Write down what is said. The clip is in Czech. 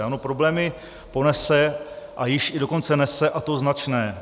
Ano, problémy ponese, a již i dokonce nese, a to značné.